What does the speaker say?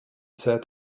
said